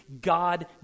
God